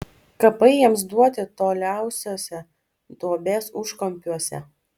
kapai jiems duoti toliausiuose duobės užkampiuose